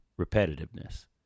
repetitiveness